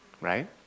right